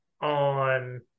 on